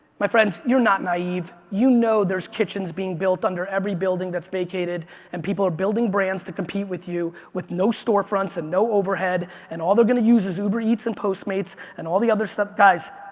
my friends, you're not naive, you know there's kitchens being built under every building that's vacated and people are building brands to compete with you with no store fronts and no overhead and all they're going to use is uber eats and postmates and all the other stuff. guys,